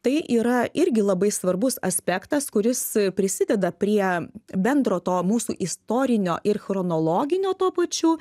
tai yra irgi labai svarbus aspektas kuris prisideda prie bendro to mūsų istorinio chronologinio tuo pačiu